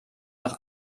noch